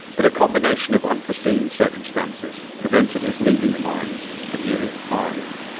but a combination of unforeseen circumstances prevented his leaving the mines for nearly five.